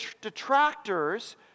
detractors